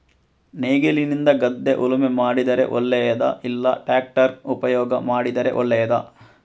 ನೇಗಿಲಿನಿಂದ ಗದ್ದೆ ಉಳುಮೆ ಮಾಡಿದರೆ ಒಳ್ಳೆಯದಾ ಇಲ್ಲ ಟ್ರ್ಯಾಕ್ಟರ್ ಉಪಯೋಗ ಮಾಡಿದರೆ ಒಳ್ಳೆಯದಾ?